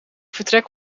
vertrek